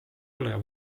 ole